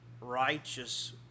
righteous